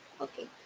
okay